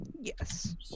Yes